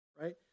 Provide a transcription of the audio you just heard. right